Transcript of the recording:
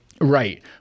Right